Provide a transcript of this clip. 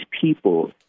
people